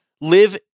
live